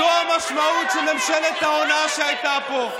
זו המשמעות של ממשלת ההונאה שהייתה פה.